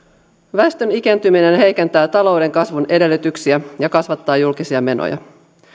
väestön ikääntyminen heikentää talouden kasvun edellytyksiä ja kasvattaa julkisia menoja